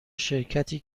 شرکتی